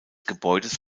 gebäudes